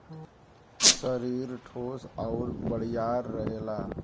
सरीर ठोस आउर बड़ियार रहेला